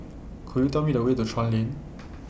Could YOU Tell Me The Way to Chuan Lane